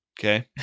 Okay